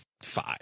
five